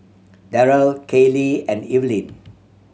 Derrell Kailey and Evelyne